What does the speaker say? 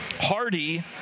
Hardy